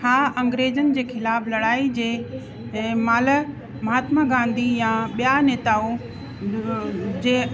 हा अग्रेजनि जे खिलाफ़ लड़ाई जे महिल महात्मा गांधी या ॿिया नेताऊं जे